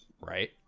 right